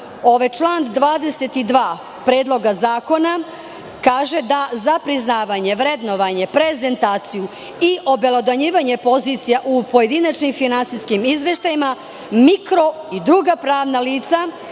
god. Član 22. Predloga zakona kaže – za priznavanje, vrednovanje, prezentaciju i obelodanjivanje pozicija u pojedinačnim finansijskim izveštajima mikro i druga pravna lica